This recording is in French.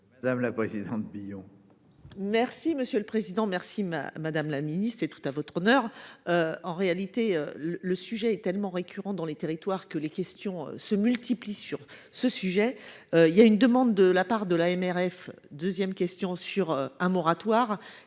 madame. La poésie ambition. Merci monsieur le président. Merci ma Madame la Ministre c'est tout à votre honneur. En réalité le le sujet est tellement récurrent dans les territoires que les questions se multiplient sur ce sujet il y a une demande de la part de l'AMRF 2ème question sur un moratoire.